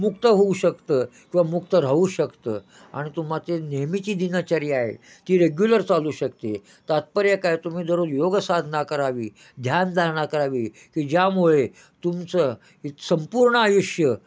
मुक्त होऊ शकतं किंवा मुक्त राहू शकतं आणि तुम्हा ते नेहमीची दिनचर्या आहे की रेग्युलर चालू शकते तात्पर्य काय तुम्ही दररोज योगसाधना करावी ध्यानधारणा करावी की ज्यामुळे तुमचं इ संपूर्ण आयुष्य